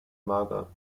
mager